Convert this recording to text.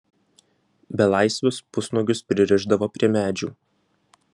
belaisvius pusnuogius pririšdavo prie medžių